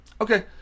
Okay